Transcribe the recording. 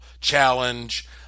Challenge